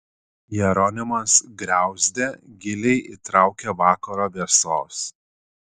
jeronimas griauzdė giliai įtraukia vakaro vėsos